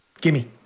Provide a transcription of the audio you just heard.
gimme